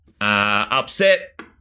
upset